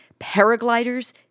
paragliders